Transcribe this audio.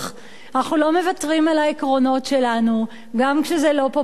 אנחנו לא מוותרים על העקרונות שלנו גם כשזה לא פופולרי.